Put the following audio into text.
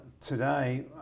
today